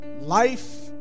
Life